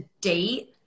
date